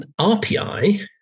RPI